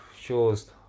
shows